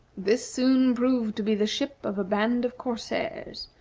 this soon proved to be the ship of a band of corsairs,